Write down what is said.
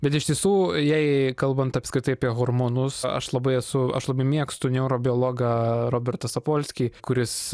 bet iš tiesų jei kalbant apskritai apie hormonus aš labai esu aš labai mėgstu neurobiologą robertą sapolskį kuris